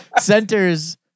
Centers